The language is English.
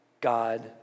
God